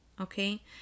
okay